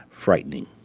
Frightening